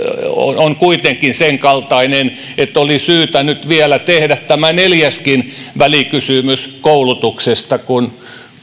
on kuitenkin senkaltainen että oli syytä vielä tehdä tämä neljäskin välikysymys koulutuksesta